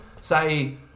Say